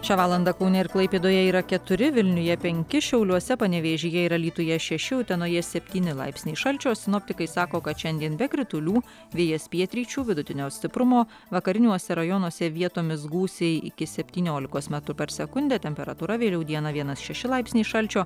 šią valandą kaune ir klaipėdoje yra keturi vilniuje penki šiauliuose panevėžyje ir alytuje šeši utenoje septyni laipsniai šalčio sinoptikai sako kad šiandien be kritulių vėjas pietryčių vidutinio stiprumo vakariniuose rajonuose vietomis gūsiai iki septyniolikos metrų per sekundę temperatūra vėliau dieną vienas šeši laipsniai šalčio